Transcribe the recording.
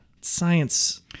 science